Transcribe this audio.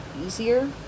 easier